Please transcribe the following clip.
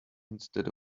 instead